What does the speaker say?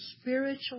spiritual